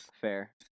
Fair